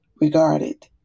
regarded